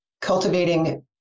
cultivating